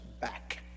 back